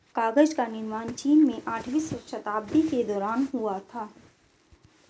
कागज का निर्माण चीन में आठवीं शताब्दी के दौरान हुआ था